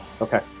okay